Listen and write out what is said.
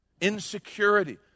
insecurity